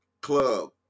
club